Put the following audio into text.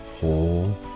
whole